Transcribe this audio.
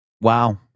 Wow